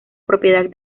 propiedad